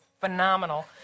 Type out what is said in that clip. phenomenal